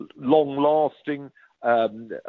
long-lasting